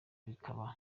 bikaba